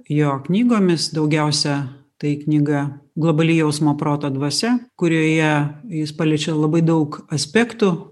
jo knygomis daugiausia tai knyga globali jausmo proto dvasia kurioje jis paliečia labai daug aspektų